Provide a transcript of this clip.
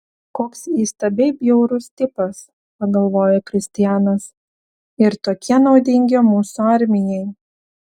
koks įstabiai bjaurus tipas pagalvojo kristianas ir tokie naudingi mūsų armijai